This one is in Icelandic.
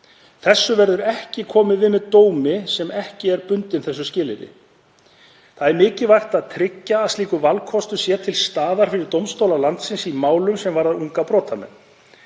Þessu verður ekki komið við með dómi sem ekki er bundinn þessu skilyrði. Mikilvægt er að tryggja að slíkur valkostur sé til staðar fyrir dómstóla landsins í málum sem varða unga brotamenn.